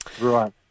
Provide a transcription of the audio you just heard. Right